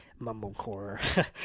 mumblecore